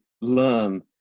learn